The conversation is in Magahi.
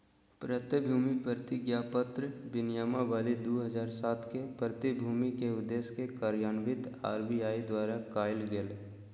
प्रतिभूति प्रतिज्ञापत्र विनियमावली दू हज़ार सात के, प्रतिभूति के उद्देश्य के कार्यान्वित आर.बी.आई द्वारा कायल गेलय